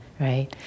right